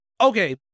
Okay